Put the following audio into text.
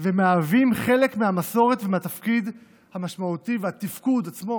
ומהווים חלק מהמסורת ומהתפקיד המשמעותי ומהתפקוד עצמו